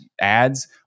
ads